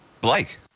Blake